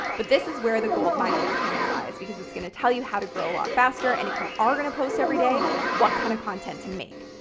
but this is where the gold mine of your channel lies because it's going to tell you how to grow a lot faster, and if you are going to post every day, what kind of content to make.